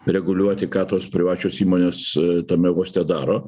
reguliuoti ką tos privačios įmonės tame uoste daro